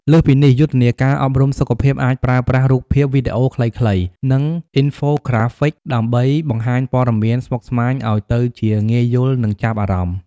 លើសពីនេះ យុទ្ធនាការអប់រំសុខភាពអាចប្រើប្រាស់រូបភាព វីដេអូខ្លីៗ និង Infographics ដើម្បីបង្ហាញព័ត៌មានស្មុគស្មាញឲ្យទៅជាងាយយល់និងចាប់អារម្មណ៍។